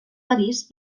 paris